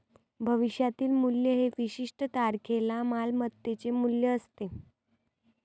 भविष्यातील मूल्य हे विशिष्ट तारखेला मालमत्तेचे मूल्य असते